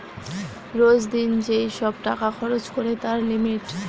রোজ দিন যেই সব টাকা খরচ করে তার লিমিট